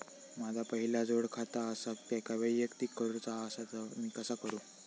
माझा पहिला जोडखाता आसा त्याका वैयक्तिक करूचा असा ता मी कसा करू?